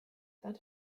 that